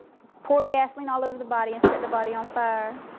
poured gasoline all over the body and set the body on fire.